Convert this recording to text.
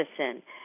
medicine